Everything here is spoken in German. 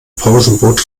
pausenbrot